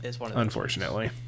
Unfortunately